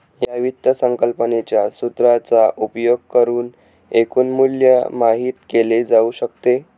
या वित्त संकल्पनेच्या सूत्राचा उपयोग करुन एकूण मूल्य माहित केले जाऊ शकते